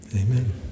Amen